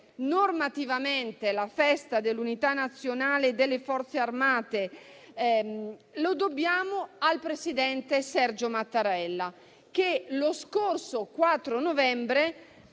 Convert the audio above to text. normativamente la festa dell'Unità nazionale e delle Forze armate lo dobbiamo al presidente Sergio Mattarella, che lo scorso 4 novembre